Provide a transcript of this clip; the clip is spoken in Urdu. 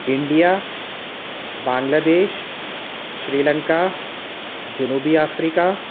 انڈیا بانگلہ دیش شری لنکا جنوبی افریقہ